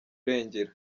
irengero